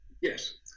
Yes